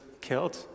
killed